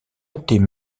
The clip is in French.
étaient